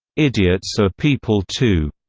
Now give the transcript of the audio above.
idiots are people two,